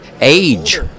age